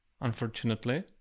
unfortunately